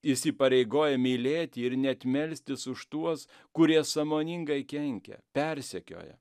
jis įpareigoja mylėti ir net melstis už tuos kurie sąmoningai kenkia persekioja